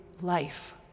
life